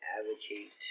advocate